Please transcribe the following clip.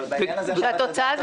בעניין הזה החלטת הממשלה קיימת.